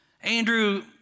Andrew